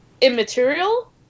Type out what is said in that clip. immaterial